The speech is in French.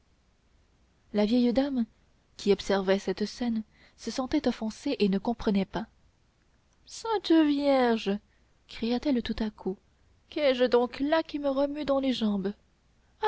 la vieille dame qui observait cette scène se sentait offensée et ne comprenait pas sainte vierge cria-t-elle tout à coup qu'ai-je donc là qui me remue dans les jambes